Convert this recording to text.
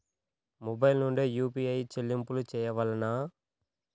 Mobile నుండే UPI చెల్లింపులు చేయవలెనా?